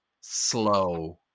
slow